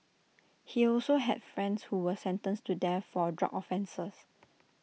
he also had friends who were sentenced to death for drug offences